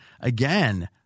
again